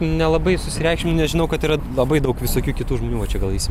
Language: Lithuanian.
nelabai susireikšminęs žinau kad yra labai daug visokių kitų žmonių va čia gal eisim